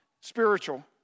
spiritual